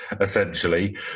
essentially